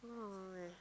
oh eh